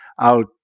out